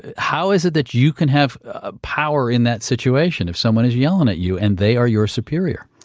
ah how is it that you can have ah power in that situation if someone is yelling at you and they are your superior?